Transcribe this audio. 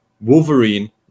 Wolverine